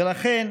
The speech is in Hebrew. ולכן